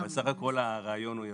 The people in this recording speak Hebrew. כן, אבל סך הכל הרעיון הוא יפה.